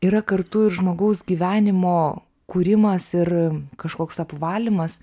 yra kartu ir žmogaus gyvenimo kūrimas ir kažkoks apvalymas